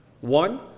One